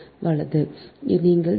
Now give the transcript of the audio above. எனவே இது 0